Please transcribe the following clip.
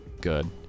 Good